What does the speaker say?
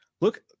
Look